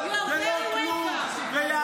Thank